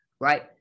right